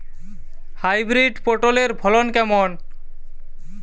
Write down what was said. Hybrid পটলের ফলন কেমন?